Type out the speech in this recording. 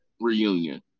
reunion